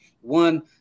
one